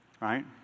Right